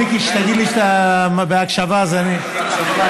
מיקי, תגיד לי כשאתה בהקשבה, אז אני, אני בהקשבה.